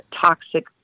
toxic